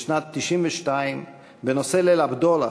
בשנת 1992, בנושא "ליל הבדולח",